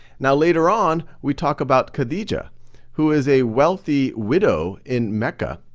now, later on, we talk about khadijah who is a wealthy widow in mecca,